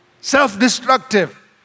self-destructive